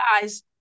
guys